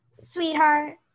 sweetheart